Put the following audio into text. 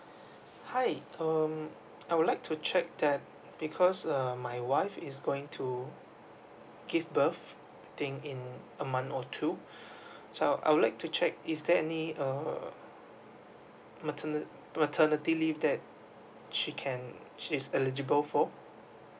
hi um I would like to check that because um my wife is going to give birth think in a month or two so I would like to check is there any um maternity leave that she can she is eligible for